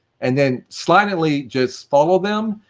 and then silently, just follow them,